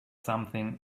something